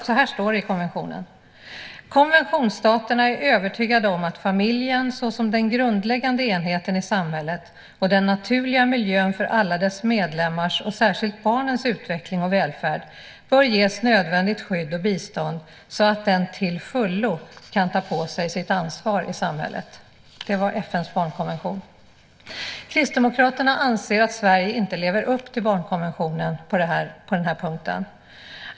Så här står det i FN:s barnkonvention: Konventionsstaterna är övertygade om att familjen, såsom den grundläggande enheten i samhället och den naturliga miljön för alla dess medlemmars och särskilt barnens utveckling och välfärd, bör ges nödvändigt skydd och bistånd så att den till fullo kan ta på sig sitt ansvar i samhället. Kristdemokraterna anser att Sverige inte lever upp till barnkonventionen på den här punkten.